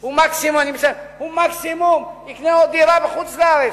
הוא מקסימום יקנה עוד דירה בחוץ-לארץ,